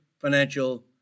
financial